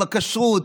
עם הכשרות,